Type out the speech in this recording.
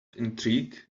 intrigue